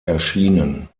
erschienen